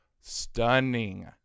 stunning